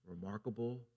remarkable